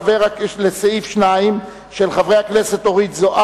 לסעיף 2 חברי הכנסת סולודקין ופלסנר